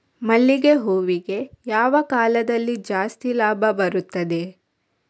ಮಲ್ಲಿಗೆ ಹೂವಿಗೆ ಯಾವ ಕಾಲದಲ್ಲಿ ಜಾಸ್ತಿ ಲಾಭ ಬರುತ್ತದೆ?